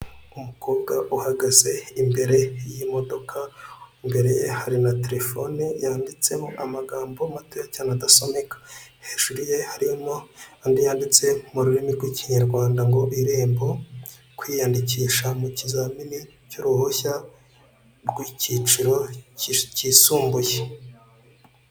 Umukobwa uhagaze imbere y'imodoka imbere hari na telefone yanditsemo amagambo matoya cyane adasomeka, hejuru ye harimo andi yanditse mu rurimi rw'ikinyarwanda ngo irembo kwiyandikisha mu kizamini cy'uruhushya rw'icyiciro kisumbuye.